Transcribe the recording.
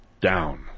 down